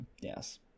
Yes